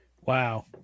Wow